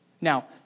Now